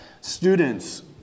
students